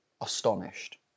astonished